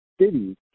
cities